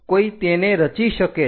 કોઈ તેને રચી શકે છે